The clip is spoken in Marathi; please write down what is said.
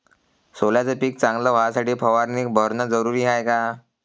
सोल्याचं पिक चांगलं व्हासाठी फवारणी भरनं जरुरी हाये का?